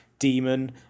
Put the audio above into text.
demon